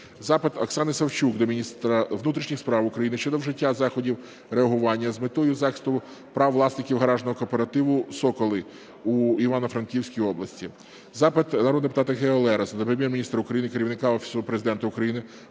Запит Оксани Савчук до міністра внутрішніх справ України щодо вжиття заходів реагування з метою захисту прав власників гаражного кооперативу "Соколи" у Івано-Франківській області. Запит народного депутата Гео Лероса до Прем'єр-міністра України, Керівника Офісу Президента України